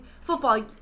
football